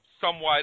somewhat